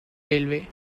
railway